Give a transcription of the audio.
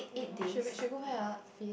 ya loh she she go where ah phi~